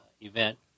event